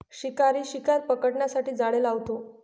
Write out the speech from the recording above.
शिकारी शिकार पकडण्यासाठी जाळे लावतो